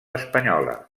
espanyola